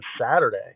Saturday